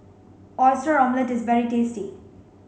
oyster omelette is very tasty